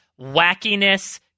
wackiness